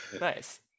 nice